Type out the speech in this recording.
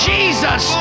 Jesus